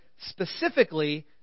specifically